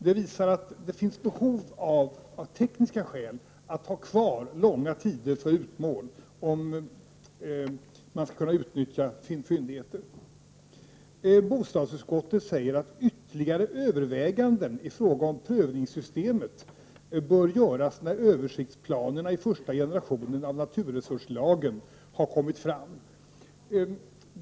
Det visar att det av tekniska skäl finns behov av att ha kvar långa tider för utmål om man skall kunna utnyttja fyndigheterna. Bostadsutskottet säger att ytterligare överväganden i fråga om prövningssystemet bör göras när översiktsplanerna i första generationen av naturresurslagen har kommit fram.